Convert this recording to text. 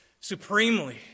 supremely